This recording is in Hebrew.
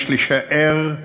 יש לשער,